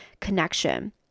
connection